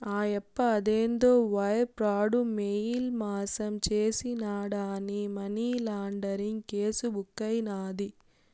ఆయప్ప అదేందో wire fraud, mail మాసం చేసినాడాని మనీలాండరీంగ్ కేసు బుక్కైనాది